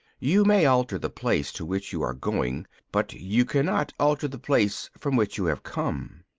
you may alter the place to which you are going but you cannot alter the place from which you have come.